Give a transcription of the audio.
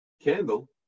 candle